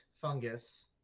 fungus